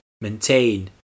maintain